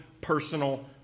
personal